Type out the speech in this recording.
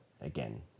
Again